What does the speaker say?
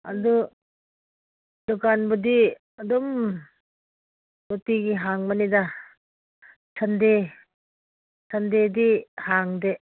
ꯑꯗꯨ ꯗꯨꯀꯥꯟꯕꯨꯗꯤ ꯑꯗꯨꯝ ꯅꯨꯡꯇꯤꯒꯤ ꯍꯥꯡꯕꯅꯤꯗ ꯁꯟꯗꯦ ꯁꯟꯗꯦꯗꯤ ꯍꯥꯡꯗꯦ